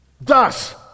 thus